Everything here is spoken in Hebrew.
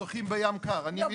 הרופא התעופף לו, הוא עובד